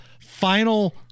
final